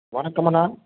வணக்கமுண்ணா